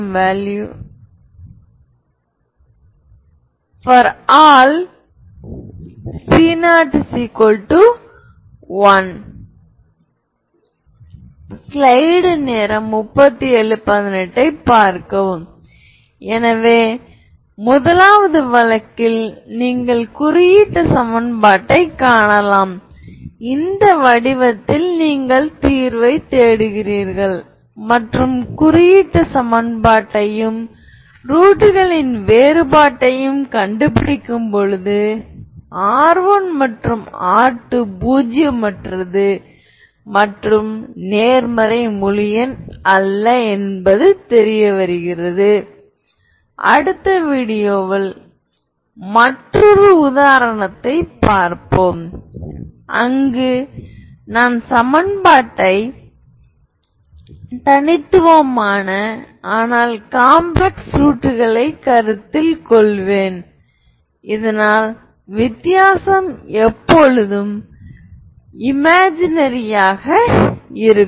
மேலும் differential equation களுக்கு நீங்கள் சில நிபந்தனைகளை விதிக்க வேண்டும் எனவே நீங்கள் சில பௌண்டரி நிபந்தனைகளை கொடுக்க வேண்டும் பௌண்டரி நிபந்தனைகள் வரையறுக்கப்பட்டவுடன் இடது புறம் வலது பக்கத்திற்கு சமமாக இருப்பதை நீங்கள் பார்க்கலாம் அதனால் அது ஹெர்மிடியன் ஆபரேட்டராக இருக்கும்